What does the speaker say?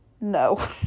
No